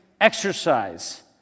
exercise